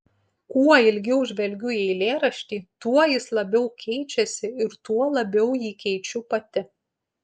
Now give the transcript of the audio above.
kuo ilgiau žvelgiu į eilėraštį tuo jis labiau keičiasi ir tuo labiau jį keičiu pati